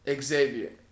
Xavier